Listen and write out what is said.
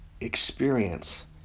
experience